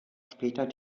später